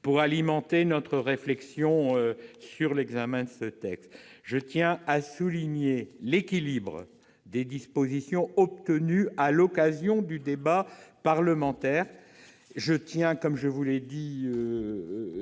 pour alimenter notre réflexion sur l'examen du texte. Je tiens à souligner l'équilibre des dispositions obtenues lors du débat parlementaire ainsi que la qualité